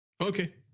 okay